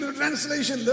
translation